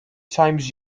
times